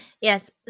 Yes